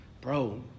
bro